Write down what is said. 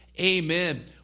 amen